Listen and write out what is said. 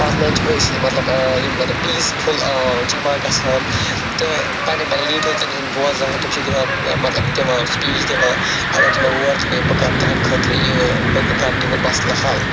اتھ مَنٛز چھِ أسۍ مَطلَب پیٖسفُل جمع گَژھان تہٕ پَننیٚن پَننیٚن لیٖڈٲرزَن ہُنٛد بوزان تِم چھِ دِوان مَطلَب دِوان سپیٖچ دِوان اگر تُہۍ مےٚ ووٹ ترٲیِو بہٕ کَرٕ تٕہٕنٛد خٲطرٕ یہِ بہٕ تہ کَرٕ تُہٕنٛد مَسلہٕ حَل